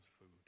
food